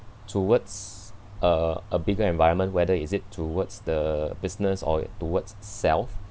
towards a a bigger environment whether is it towards the business or towards self